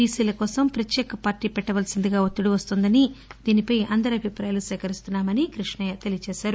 బీసీల కోసం ప్రత్యేక పార్టీ పెట్టాల్సిందిగా ఒత్తిడి వస్తోందని దీనిపై అందరి అభిప్రాయాలు సేకరిస్తున్నామని కృష్ణయ్య తెలిపారు